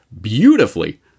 beautifully